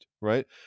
right